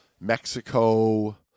Mexico